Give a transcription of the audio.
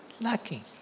lacking